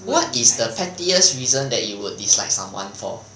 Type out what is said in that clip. what is the pettiest reason that you would dislike someone for